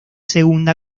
segunda